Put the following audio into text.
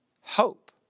hope